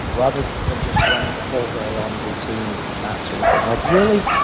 rather than just running the whole day on routine, and that sort of thing like really,